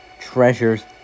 treasures